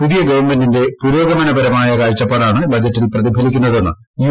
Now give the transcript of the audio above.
പുതിയ ഗവൺമെന്റിന്റെ പുരോഗമനപരമായ കാഴ്ചപ്പാടാണ് ബജറ്റിൽ പ്രതിഫലിക്കുന്നതെന്ന് യു